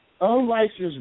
Unlicensed